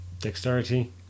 Dexterity